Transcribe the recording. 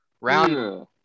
Round